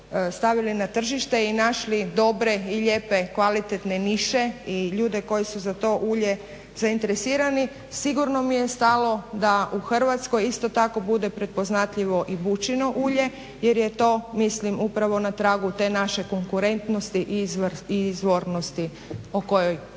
stavili na tržište i našli dobre i lijepe kvalitetne niše i ljude koji su za to ulje zainteresirani. Sigurno mi je stalo da u Hrvatskoj isto tako bude prepoznatljivo i bučino ulje jer je to mislim upravo na tragu te naše konkurentnosti i izvornosti o kojoj toliko